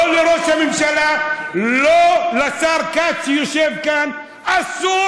לא לראש הממשלה, לא לשר כץ שיושב כאן, אסור